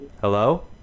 Hello